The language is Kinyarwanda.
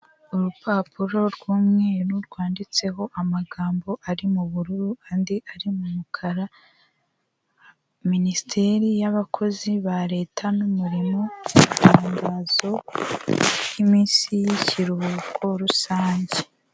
Urupapuro rw'umweru rwanditseho amagambo ari mu bururu andi ari mu mukara, minisiteri y'abakozi ba leta n'umurimo; itangazo nk'iminsi y'ikiruhuko rusange.